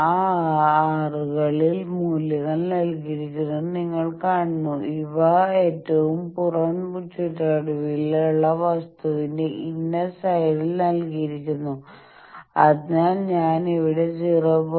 ആ R കളിൽ മൂല്യങ്ങൾ നൽകിയിരിക്കുന്നത് നിങ്ങൾ കാണുന്നു ഇവ ഏറ്റവും പുറം ചുറ്റളവിലുള്ള വസ്തുവിന്റെ ഇന്നർ സൈഡിൽ നൽകിയിരിക്കുന്നു അതിനാൽ ഞാൻ ഇവിടെ 0